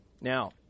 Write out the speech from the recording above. Now